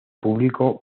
público